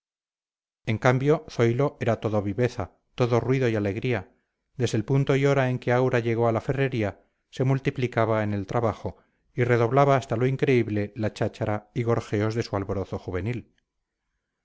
en cambio zoilo era todo viveza todo ruido y alegría desde el punto y hora en que aura llegó a la ferrería se multiplicaba en el trabajo y redoblaba hasta lo increíble la cháchara y gorjeos de su alborozo juvenil